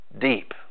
deep